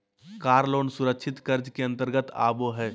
कार loan सुरक्षित कर्ज के अंतर्गत आबो हय